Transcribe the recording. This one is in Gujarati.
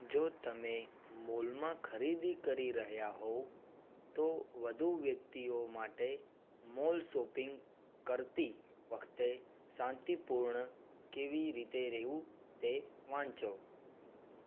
જો તમે મોલમાં ખરીદી કરી રહ્યાં હોવ તો વધુ વ્યક્તિઓ માટે મોલ શોપિંગ કરતી વખતે શાંતિપૂર્ણ કેવી રીતે રહેવું તે વાંચો